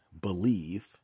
believe